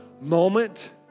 moment